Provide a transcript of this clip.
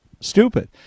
stupid